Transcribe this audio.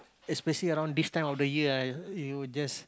especially around this time of the year ah you just